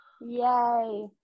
Yay